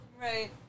Right